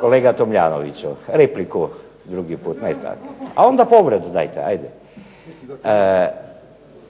Kolega Tomljanoviću repliku drugi put ne tako. A onda povredu dajte, ajde.